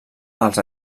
els